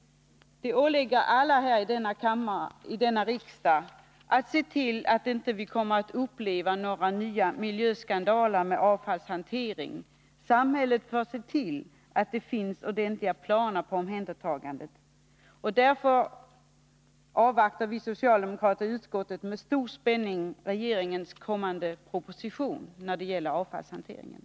Det åligger alla i denna riksdag att se till att vi inte kommer att uppleva nya miljöskandaler med avfallshantering, utan samhället bör se till att det finns ordentliga planer för omhändertagandet. Vi socialdemokrater i utskottet avvaktar därför med stor spänning regeringens kommande proposition om avfallshanteringen.